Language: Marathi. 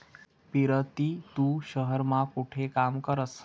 पिरती तू शहेर मा कोठे काम करस?